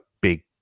big